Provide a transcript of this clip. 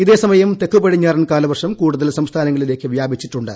ഇതേസമയം തെക്ക് പടിഞ്ഞാറൻ കാലവർഷം കൂടുതൽ സംസ്ഥാനങ്ങളിലേക്ക് വ്യാപിച്ചിട്ടുണ്ട്